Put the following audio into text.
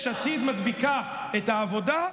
יש עתיד מדביקה את העבודה,